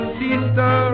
sister